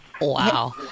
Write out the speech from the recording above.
Wow